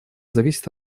зависит